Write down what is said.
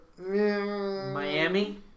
Miami